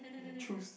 choose